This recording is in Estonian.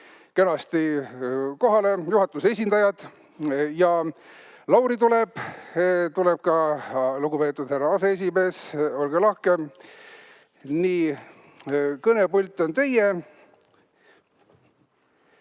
kenasti kohale, juhatuse esindajad. Lauri tuleb, tuleb ka lugupeetud härra aseesimees. Olge lahke, kõnepult on teie!